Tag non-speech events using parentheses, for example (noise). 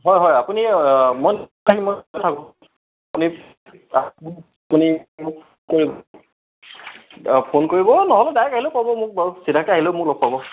(unintelligible)